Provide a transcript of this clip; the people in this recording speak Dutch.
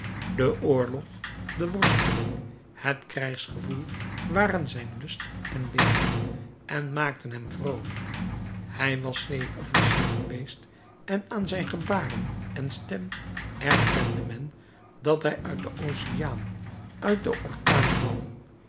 de oorlog de worsteling het krijgsgewoel waren zijn lust en leven en maakten hem vroolijk hij was zeeofficier geweest en aan zijn gebaren en stem erkende men dat hij uit den oceaan uit den orkaan kwam